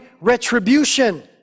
retribution